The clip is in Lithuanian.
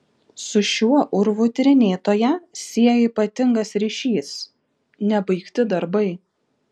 su šiuo urvu tyrinėtoją sieja ypatingas ryšys nebaigti darbai